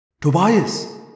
Tobias